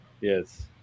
Yes